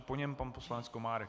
Po něm pan poslanec Komárek.